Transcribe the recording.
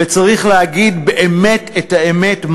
וצריך להגיד באמת את האמת,